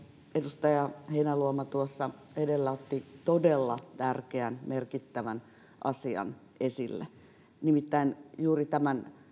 edustaja heinäluoma tuossa edellä otti todella tärkeän merkittävän asian esille nimittäin juurin tämän